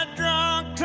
drunk